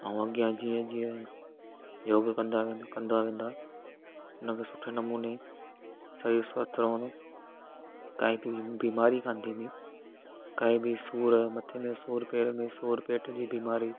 ऐं अॻियां जीअं जीअं योग कंदा वेंदा कंदा वेंदा हुनखे सुठे नमूने शरीर स्वस्थ रहंदो काई बि ॿी बीमारी कोन थींदी काई बि सूरु आहे मथे में सूरु पेर में सूरु पेट जी बीमारी